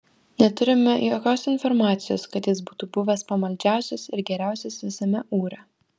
neturime jokios informacijos kad jis būtų buvęs pamaldžiausias ir geriausias visame ūre